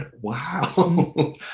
wow